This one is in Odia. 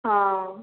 ହଁ